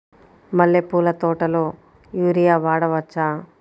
మల్లె పూల తోటలో యూరియా వాడవచ్చా?